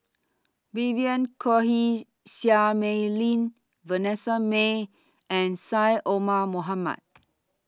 Vivien Quahe Seah Mei Lin Vanessa Mae and Syed Omar Mohamed